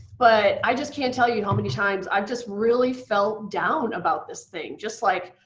but i just can't tell you how many times i've just really felt down about this thing. just like,